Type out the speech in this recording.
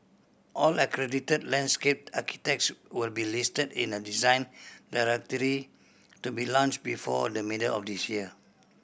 all accredited landscape architects will be listed in a Design Directory to be launched before the middle of this year